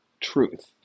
truth